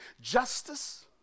justice